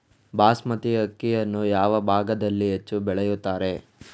ಬಾಸ್ಮತಿ ಅಕ್ಕಿಯನ್ನು ಯಾವ ಭಾಗದಲ್ಲಿ ಹೆಚ್ಚು ಬೆಳೆಯುತ್ತಾರೆ?